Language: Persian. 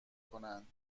کنند